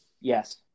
Yes